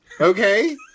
Okay